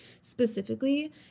specifically